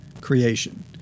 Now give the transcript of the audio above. creation